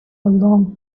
long